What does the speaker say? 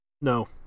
no